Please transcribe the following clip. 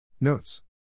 Notes